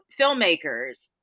filmmakers